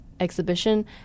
exhibition